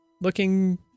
looking